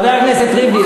חבר הכנסת ריבלין,